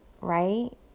right